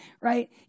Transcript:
Right